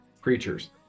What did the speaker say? creatures